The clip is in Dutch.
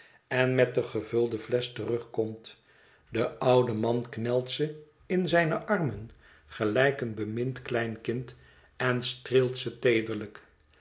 en met de gevulde flesch terugkomt de oude man knelt ze in zijne armen gelijk een bemind kleinkind en streelt ze teederlijk